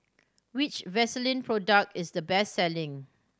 which Vaselin product is the best selling